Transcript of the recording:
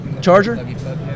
Charger